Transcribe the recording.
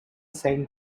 saint